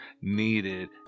needed